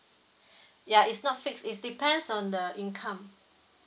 yeah it's not fixed it's depends on the income